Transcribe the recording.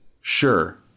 Sure